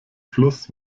fluss